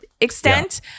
extent